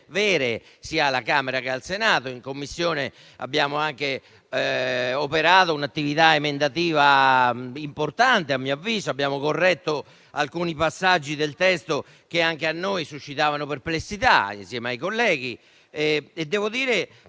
vere sia alla Camera che al Senato. In Commissione abbiamo anche operato un'attività emendativa importante, abbiamo corretto alcuni passaggi del testo che anche a noi suscitavano perplessità. Devo dire che